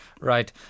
Right